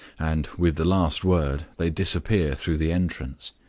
and with the last word they disappear through the entrance.